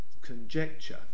conjecture